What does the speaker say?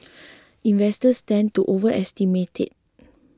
investors tend to overestimate it